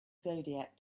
zodiac